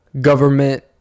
government